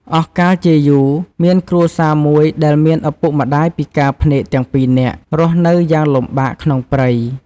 អស់កាលជាយូរ មានគ្រួសារមួយដែលមានឪពុកម្ដាយពិការភ្នែកទាំងពីរនាក់ រស់នៅយ៉ាងលំបាកក្នុងព្រៃ។